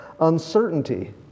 uncertainty